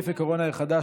(נגיף הקורונה החדש,